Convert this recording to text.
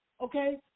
okay